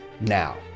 now